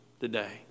today